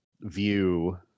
view